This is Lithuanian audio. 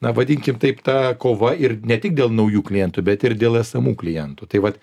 na vadinkim taip ta kova ir ne tik dėl naujų klientų bet ir dėl esamų klientų tai vat